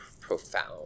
profound